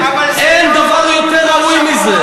אין דבר יותר ראוי מזה.